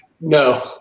no